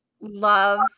love